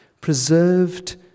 preserved